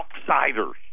outsiders